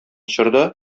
чорда